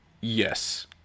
Yes